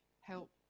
help